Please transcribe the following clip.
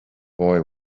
boy